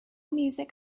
music